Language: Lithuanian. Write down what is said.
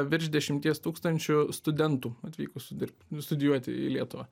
virš dešimties tūkstančių studentų atvykusių dirbti studijuoti į lietuvą